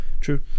True